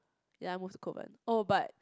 ya moved Kovan oh but